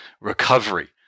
recovery